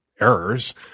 Errors